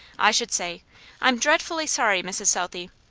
i should say i'm dreadfully sorry, mrs. southey,